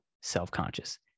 self-conscious